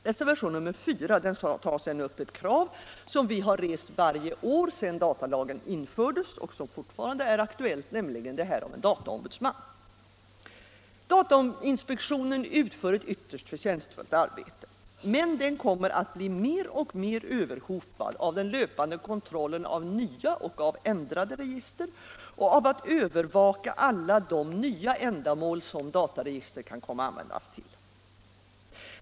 Reservationen 4 tar upp ett krav som vi rest varje år sedan datalagen infördes och som fortfarande är aktuellt, nämligen kravet på en dataombudsman. Datainspektionen utför ett ytterst förtjänstfullt arbete, men den kommer att bli mer och mer överhopad med den löpande kontrollen av nya och ändrade register och sysselsatt med att övervaka alla de nya ändamål som dataregister kan komma att användas till.